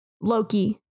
Loki